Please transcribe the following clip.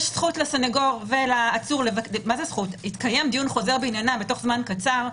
יש זכות לסנגור ולעצור התקיים דיון חוזר בעניינם תוך זמן קצר.